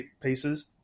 pieces